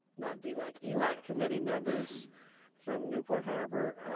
not dlac, elac committee members from newport harbor,